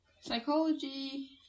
Psychology